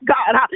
God